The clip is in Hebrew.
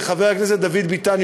הוא חבר הכנסת דוד ביטן,